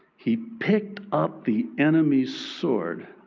he picked up the enemy's sword